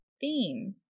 theme